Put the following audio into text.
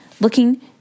looking